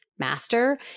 Master